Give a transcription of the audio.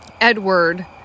Edward